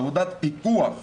עבודת פיקוח ביום-יום,